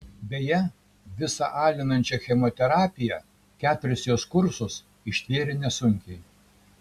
beje visą alinančią chemoterapiją keturis jos kursus ištvėrė nesunkiai